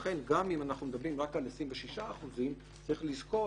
לכן גם אם אנחנו מדברים רק על 26% צריך לזכור